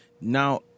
Now